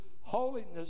holiness